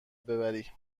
ببری